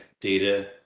data